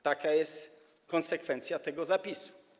Taka jest konsekwencja tego zapisu.